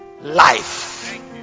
Life